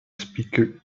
speaker